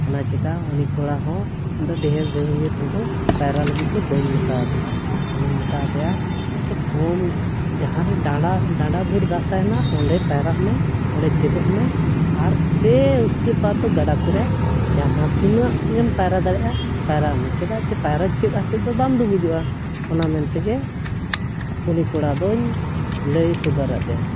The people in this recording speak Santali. ᱚᱱᱟ ᱪᱤᱠᱟᱹ ᱩᱱᱤ ᱠᱚᱲᱟ ᱦᱚᱸ ᱤᱧᱫᱚ ᱰᱷᱮᱨ ᱜᱟᱹᱦᱤᱨ ᱨᱮᱫᱚ ᱯᱟᱭᱨᱟ ᱞᱟᱹᱜᱤᱫ ᱫᱚ ᱵᱟᱹᱧ ᱢᱮᱛᱟ ᱟᱠᱟᱫᱟ ᱩᱱᱤᱧ ᱢᱮᱛᱟᱫᱮᱭᱟ ᱪᱮ ᱠᱚᱢ ᱡᱟᱦᱟᱸᱨᱮ ᱰᱟᱸᱰᱟ ᱵᱷᱩᱨ ᱫᱟᱜ ᱛᱟᱦᱮᱱᱟ ᱚᱸᱰᱮ ᱯᱟᱭᱨᱟᱜ ᱢᱮ ᱚᱸᱰᱮ ᱪᱮᱫᱚᱜᱼᱢᱮ ᱟᱨ ᱥᱮ ᱩᱥᱠᱮ ᱵᱟᱫ ᱫᱚ ᱜᱟᱰᱟ ᱠᱚᱨᱮ ᱡᱟᱦᱟᱸ ᱛᱤᱱᱟᱹᱜ ᱜᱮᱢ ᱯᱟᱭᱨᱟ ᱫᱟᱲᱮᱭᱟᱜᱼᱟ ᱯᱟᱭᱨᱟᱜᱼᱢᱮ ᱪᱮᱫᱟᱜ ᱥᱮ ᱯᱟᱭᱨᱟ ᱪᱮᱫ ᱠᱟᱛᱮᱜ ᱫᱚ ᱵᱟᱢ ᱰᱩᱵᱩᱡᱚᱜᱼᱟ ᱚᱱᱟ ᱢᱮᱱᱛᱮᱜᱮ ᱩᱱᱤ ᱠᱚᱲᱟᱫᱚᱧ ᱞᱟᱹᱭ ᱥᱚᱫᱚᱨᱟ ᱟᱫᱮᱭᱟ